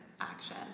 action